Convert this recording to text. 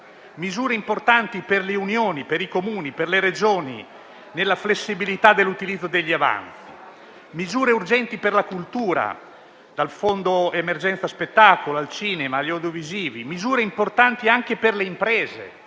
misure importanti per le Unioni, per i Comuni, per le Regioni nella flessibilità dell'utilizzo degli avanzi; misure urgenti per la cultura, dal fondo emergenza spettacolo al cinema, agli audiovisivi; misure importanti anche per le imprese